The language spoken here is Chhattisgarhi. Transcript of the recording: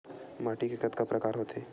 माटी के कतका प्रकार होथे?